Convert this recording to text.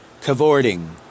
cavorting